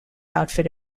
outfit